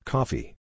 Coffee